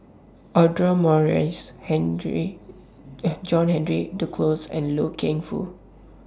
Audra Morrice John Henry Duclos and Loy Keng Foo